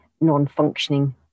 non-functioning